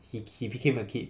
he he became a kid